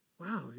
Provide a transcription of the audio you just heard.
Wow